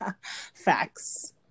facts